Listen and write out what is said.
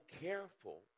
careful